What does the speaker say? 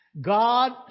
God